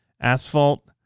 asphalt